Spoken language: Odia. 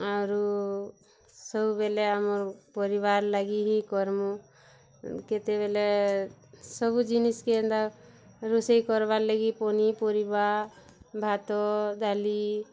ଆରୁ ସବୁବେଲେ ଆମର୍ ପରିବାର୍ ଲାଗି ହିଁ କର୍ମୁଁ କେତେବେଲେ ସବୁ ଜିନିଷ୍କେ ଏନ୍ତା ରୋଷେଇ କର୍ବାର୍ ଲାଗି ପନିପରିବା ଭାତ ଦାଲି